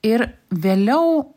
ir vėliau